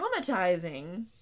traumatizing